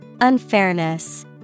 Unfairness